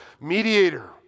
mediator